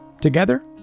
Together